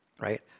right